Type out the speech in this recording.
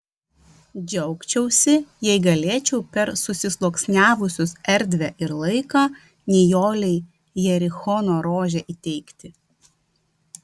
džiaugčiausi jei galėčiau per susisluoksniavusius erdvę ir laiką nijolei jerichono rožę įteikti